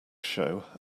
show